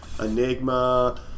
Enigma